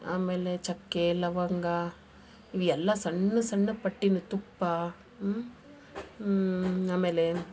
ಆಮೇಲೆ ಚಕ್ಕೆ ಲವಂಗ ಇವೆಲ್ಲ ಸಣ್ಣ ಸಣ್ಣ ಪಟ್ಟೀನ ತುಪ್ಪ ಆಮೇಲೆ